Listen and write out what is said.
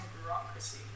bureaucracy